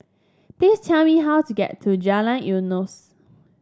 please tell me how to get to Jalan Eunos